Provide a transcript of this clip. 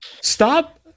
stop